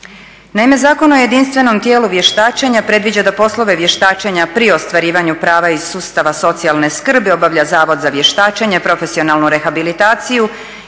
Naime, Zakon o jedinstvenom tijelu vještačenja predviđa da poslove vještačenja pri ostvarivanju prava iz sustava socijalne skrbi obavlja Zavod za vještačenje, profesionalnu rehabilitaciju